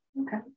Okay